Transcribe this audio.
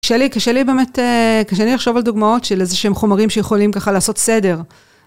קשה לי באמת, קשה לי לחשוב על דוגמאות של איזה שהם חומרים שיכולים ככה לעשות סדר.